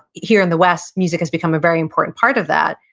here in the west, music has become a very important part of that.